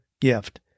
gift